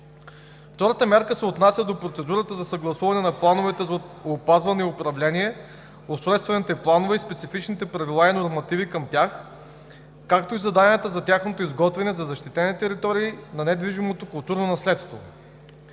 Втората мярка се отнася до процедурата за съгласуване на плановете за опазване и управление, устройствените планове и специфичните правила и нормативи към тях, както и заданията за тяхното изготвяне за защитени територии на недвижимото културно наследство.